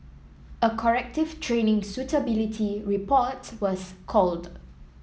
a corrective training suitability report was called